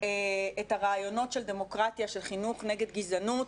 את הרעיונות של דמוקרטיה, של חינוך נגד גזענות.